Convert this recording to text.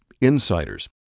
insiders